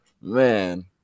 man